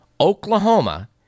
Oklahoma